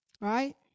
right